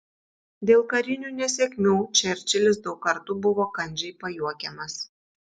dėl karinių nesėkmių čerčilis daug kartų buvo kandžiai pajuokiamas